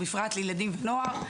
ובפרט לילדים ונוער.